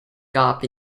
gap